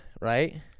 right